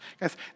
Guys